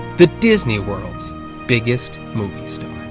the disney world's biggest movie star.